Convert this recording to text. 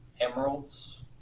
emeralds